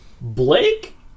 blake